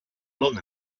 long